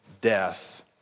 death